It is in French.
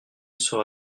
sera